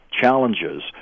challenges